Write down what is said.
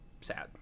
sad